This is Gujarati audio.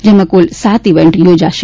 જેમાં કુલ સાત ઇવેન્ટ યોજાશે